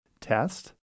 Test